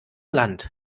land